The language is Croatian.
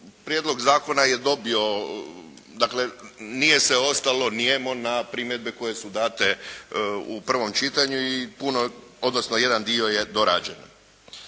prijedlog zakona je dobio, dakle nije se ostalo nijemo na primjedbe koje su date u prvom čitanju i jedan dio je dorađen.